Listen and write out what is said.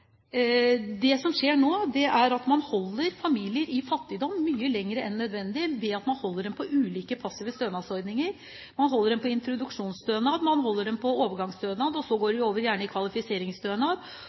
Det som skjer nå, er at man holder familier i fattigdom mye lenger enn nødvendig, ved at man holder dem på ulike passive stønadsordninger. Man holder dem på introduksjonsstønad. Man holder dem på overgangsstønad. Så går de